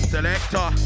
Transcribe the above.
selector